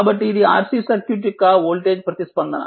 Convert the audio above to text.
కాబట్టి ఇది RC circuit యొక్క ఓల్టేజ్ ప్రతిస్పందన